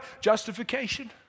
Justification